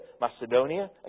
Macedonia